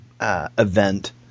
event